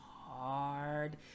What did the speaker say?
hard